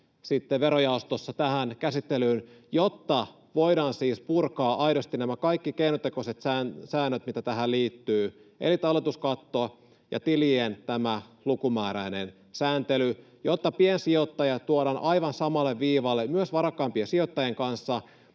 verojaostossa tähän käsittelyyn, jotta voidaan siis purkaa aidosti nämä kaikki keinotekoiset säännöt, mitä tähän liittyy, eli talletuskatto ja tilien lukumääräinen sääntely, jotta piensijoittajat tuodaan aivan samalle viivalle varakkaimpien sijoittajien kanssa,